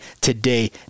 today